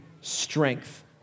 strength